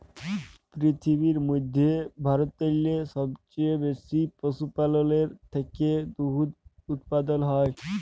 পিরথিবীর ম্যধে ভারতেল্লে সবচাঁয়ে বেশি পশুপাললের থ্যাকে দুহুদ উৎপাদল হ্যয়